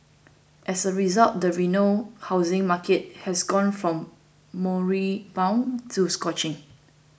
as a result the Reno housing market has gone from moribund to scorching